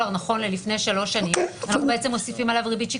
נכון ללפני שלוש שנים" אנחנו מוסיפים עליו ריבית שקלית.